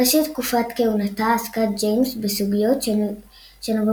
בראשית תקופת כהונתה עסקה ג'יימס בסוגיות שנבעו